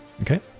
Okay